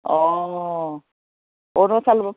অঁ